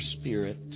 Spirit